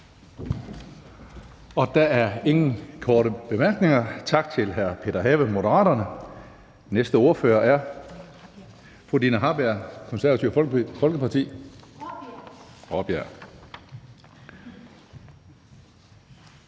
Der er ingen korte bemærkninger. Tak til hr. Peter Have, Moderaterne. Næste ordfører er fru Dina Raabjerg, Det Konservative Folkeparti.